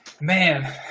Man